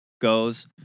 goes